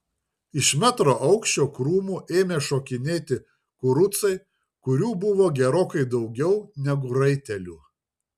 iš metro aukščio krūmų ėmė šokinėti kurucai kurių buvo gerokai daugiau negu raitelių